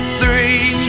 three